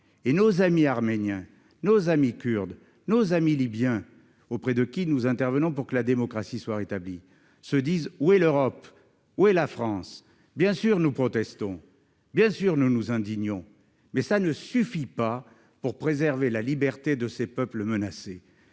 Nos amis arméniens, nos amis kurdes, nos amis libyens, auprès de qui nous intervenons pour que la démocratie soit rétablie, se demandent où est l'Europe et où est la France. Bien sûr, nous protestons ! Bien sûr, nous nous indignons ! Mais c'est insuffisant pour préserver la liberté de ces peuples menacés.